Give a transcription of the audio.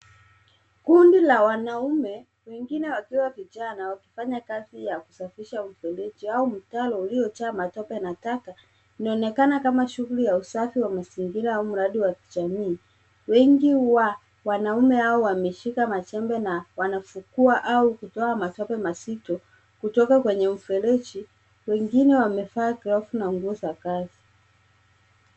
Kundi la wanaume wengine wakiwa vijana na wakifanya kazi ya kusafisha mtaro uliojaa matope na taka. Inaonekana kama shughuli ya usafi wa mazingira au mradi wa kijamii. Wengi wa wanaume hao wameshika majembe na wanafukua au kutoa matope mazito kutoka kwenye mfereji. Wengine wamevaa glovu na nguo za kazi.